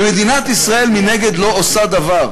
ומדינת ישראל מנגד לא עושה דבר,